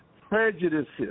prejudices